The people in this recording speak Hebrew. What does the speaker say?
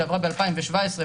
שעברה ב-2017,